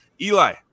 Eli